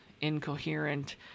incoherent